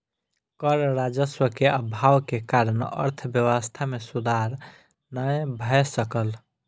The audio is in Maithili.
कर राजस्व के अभाव के कारण अर्थव्यवस्था मे सुधार नै भ सकल